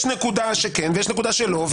יש נקודה שכן ויש נקודה שלא.